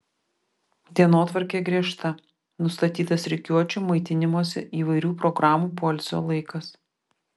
dienotvarkė griežta nustatytas rikiuočių maitinimosi įvairių programų poilsio laikas